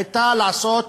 הייתה לעשות